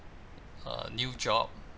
uh new job